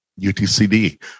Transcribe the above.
UTCD